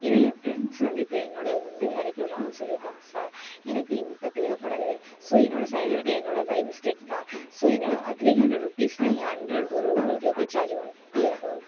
ஏன்னா ஏன் ஃப்ரெண்ட்ஸ் வந்து இப்போ என்னோடய வந்து இறக்கிவிட்றாங்கன்னு சொல்லியிருக்காங்க சார் எனக்கு இப்போ தேவைப்படாது ஸோ என்னோடய சைட்ல இருக்க என்னோடய பை மிஸ்டேக் தான் ஸோ என்னோடய த்ரீ ஹண்ட்ரட் ருப்பீஸ்ல என் ஹண்ட்ரட் ஒரு உங்களுக்கு எவ்வளோ சார்ஜ் வேணும் ஒன் ஃபிஃப்ட்டி ஆக